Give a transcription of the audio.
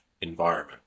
environment